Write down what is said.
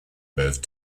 both